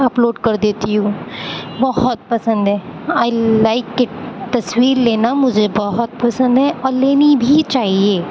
upload کر دیتی ہوں بہت پسند ہے آئی لائک اٹ تصویر لینا مجھے بہت پسند ہے اور لینی بھی چاہیے